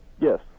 Yes